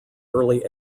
early